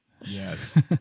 Yes